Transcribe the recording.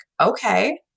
Okay